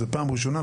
זו הפעם הראשונה,